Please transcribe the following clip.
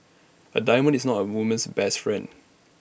A diamond is not A woman's best friend